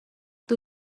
two